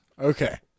Okay